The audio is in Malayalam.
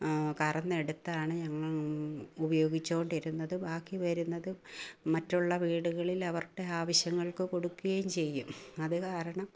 കറന്നെടുത്താണ് ഞങ്ങൾ ഉപയോഗിച്ചു കൊണ്ടിരുന്നത് ബാക്കിവരുന്നത് മറ്റുള്ള വീടുകളിൽ അവരുടെ ആവശ്യങ്ങൾക്ക് കൊടുക്കുകയും ചെയ്യും അതു കാരണം